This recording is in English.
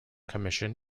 commission